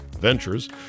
Ventures